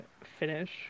finish